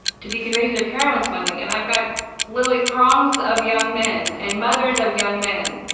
to be convicted of heroin smuggling, and i've got literally throngs of young men, and mothers of young men,